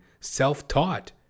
self-taught